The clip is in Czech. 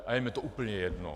A je mi to úplně jedno.